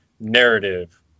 narrative